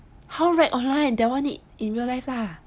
how rag online that [one] need in real life lah